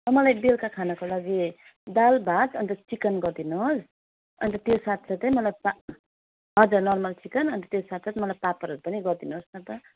मलाई बेलुका खानाको लागि दाल भात अन्त चिकन गरिदिनुहोस् अन्त त्यो साथसाथै मलाई पा हजुर नर्मल चिकन अन्त त्यो साथसाथै मलाई पापडहरू पनि गरिदिनुहोस् न त